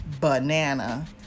Banana